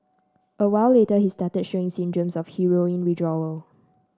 a while later he started showing symptoms of heroin withdrawal